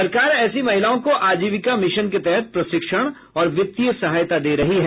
सरकार ऐसी महिलाओं को आजीविका मिशन के तहत प्रशिक्षण और वित्तीय सहायता दे रही है